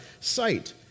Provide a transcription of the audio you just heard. sight